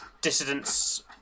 dissidents